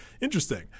interesting